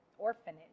orphanage